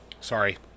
Sorry